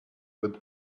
with